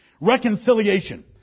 Reconciliation